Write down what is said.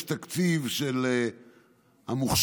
יש תקציב של המוכש"ר,